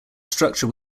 structure